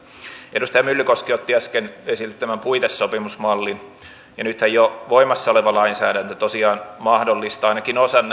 edustaja myllykoski otti äsken esille tämän puitesopimusmallin nythän jo voimassa oleva lainsäädäntö tosiaan mahdollistaa ainakin osan